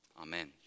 Amen